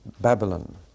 Babylon